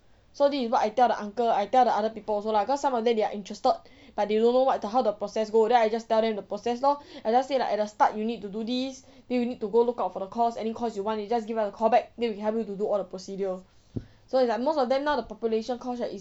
so this is what I tell the uncle I tell the other people also lah cause some of them they are interested but they don't know what the how the process go then I just tell them the process lor I just say like at the start you need to do this then you need to go look out for the course any course you want you just give us a call back then we can help you to do all the procedure so it's like most of them now the population course right is